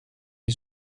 die